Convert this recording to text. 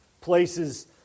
places